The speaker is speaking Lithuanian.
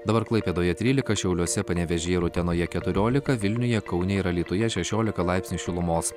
dabar klaipėdoje trylika šiauliuose panevėžyje ir utenoje keturiolika vilniuje kaune ir alytuje šešiolika laipsnių šilumos